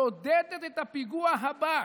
שמעודדת את הפיגוע הבא".